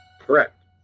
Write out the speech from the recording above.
Correct